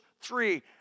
three